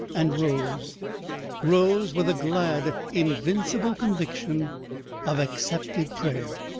and rose rose with a glad invincible conviction of accepted prayer.